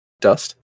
Dust